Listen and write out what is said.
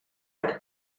per